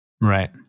right